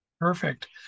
Perfect